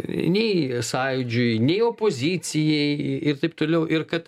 nei sąjūdžiui nei opozicijai ir taip toliau ir kad